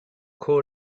call